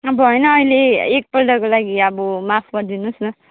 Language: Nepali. अब होइन अहिले एकपल्टको लागि अब माफ गरिदिनु होस् न